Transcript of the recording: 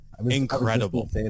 incredible